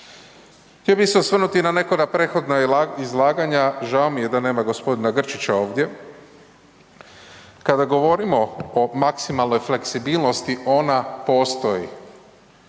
Htio bih se osvrnuti na neka od prethodna izlaganja, žao mi je da nema gospodina Grčića ovdje, kada govorimo o maksimalnoj fleksibilnosti ona postoji,